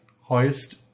highest